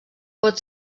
pot